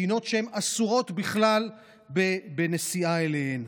מדינות שהן אסורות בכלל בנסיעה אליהן.